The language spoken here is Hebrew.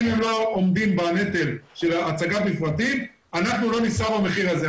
אם הם לא עומדים בנטל של הצגת מפרטים אנחנו לא נישא במחיר הזה,